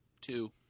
Two